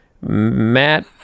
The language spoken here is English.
matt